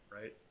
right